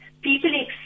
people